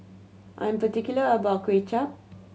I'm particular about Kuay Chap